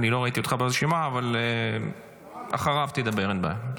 לא ראיתי אותך ברשימה, אבל אחריו תדבר, אין בעיה.